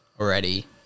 already